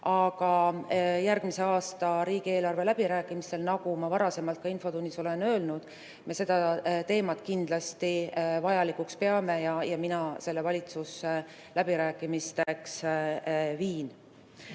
Aga järgmise aasta riigieelarve läbirääkimistel, nagu ma ka varem infotunnis olen öelnud, me selle teema arutamist kindlasti vajalikuks peame ja mina selle valitsusse läbirääkimisteks viin.